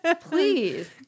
Please